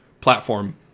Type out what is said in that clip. platform